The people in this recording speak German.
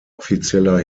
offizieller